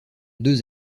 deux